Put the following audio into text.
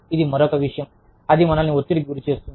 ఇది మరొక విషయం అది మనల్ని ఒత్తిడికి గురిచేస్తుంది